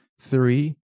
Three